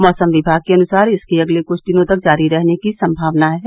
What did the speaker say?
मैसम विभाग के अनुसार इसके अगले कुछ दिनों तक जारी रहने की संभावना है